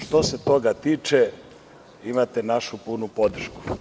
Što se toga tiče, imate našu punu podršku.